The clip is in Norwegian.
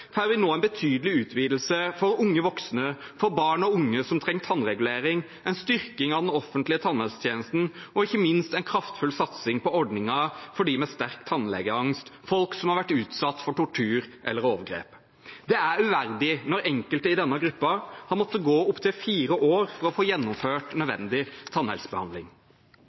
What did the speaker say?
får vi nå en betydelig utvidelse for unge voksne, for barn og unge som trenger tannregulering, en styrking av den offentlige tannhelsetjenesten og ikke minst en kraftfull satsing på ordninger for dem med sterk tannlegeangst, som folk som har vært utsatt for tortur eller overgrep. Det er uverdig når enkelte i denne gruppen har måttet gå opptil fire år for å få gjennomført nødvendig